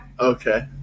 Okay